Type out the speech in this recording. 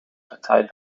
partei